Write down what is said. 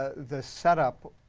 the set up,